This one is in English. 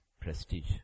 prestige